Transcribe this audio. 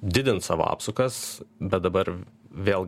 didins savo apsukas bet dabar vėl